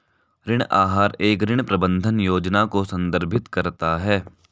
ऋण आहार एक ऋण प्रबंधन योजना को संदर्भित करता है